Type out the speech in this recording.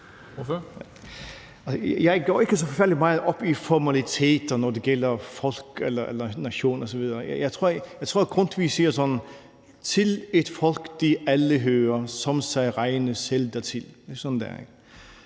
forfærdelig meget op i formaliteter, når det gælder folk, nationer osv. Jeg tror, at Grundtvig siger: »Til et folk de alle høre/som sig regne selv dertil.«